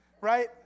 right